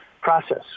process